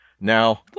Now